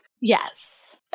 Yes